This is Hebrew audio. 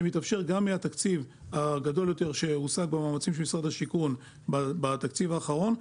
גם מהתקציב הגדול יותר שהושג במאמצים של משרד השיכון בתקציב האחרון,